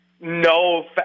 no